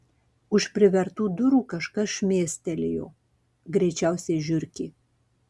už privertų durų kažkas šmėstelėjo greičiausiai žiurkė